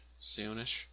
soonish